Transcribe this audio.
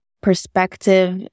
perspective